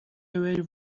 away